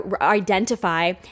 identify